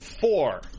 Four